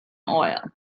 oil